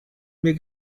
mir